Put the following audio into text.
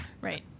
Right